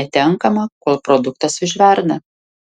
netenkama kol produktas užverda